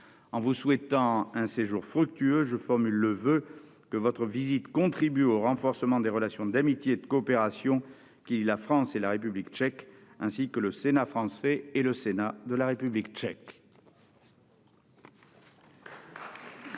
En vous souhaitant un séjour fructueux, mesdames, messieurs, je formule le voeu que votre visite contribue au renforcement des relations d'amitié et de coopération qui lient la France et la République tchèque, ainsi que le Sénat français et le Sénat de la République tchèque.